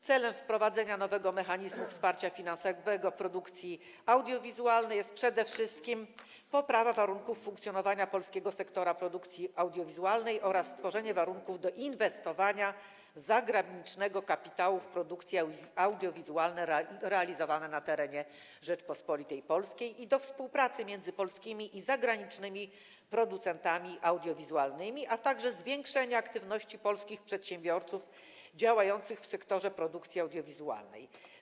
Celem wprowadzenia nowego mechanizmu wsparcia finansowego produkcji audiowizualnej jest przede wszystkim poprawa warunków funkcjonowania polskiego sektora produkcji audiowizualnej oraz stworzenie warunków do inwestowania zagranicznego kapitału w produkcje audiowizualne realizowane na terenie Rzeczypospolitej Polskiej i do współpracy między polskimi i zagranicznymi producentami audiowizualnymi, a także zwiększenie aktywności polskich przedsiębiorców działających w sektorze produkcji audiowizualnej.